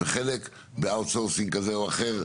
וחלק באאוט סורסינג כזה או אחר.